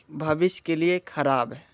भविष्य के लिए ख़राब है